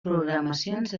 programacions